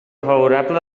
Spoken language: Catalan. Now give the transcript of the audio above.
favorable